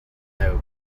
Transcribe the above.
note